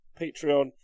Patreon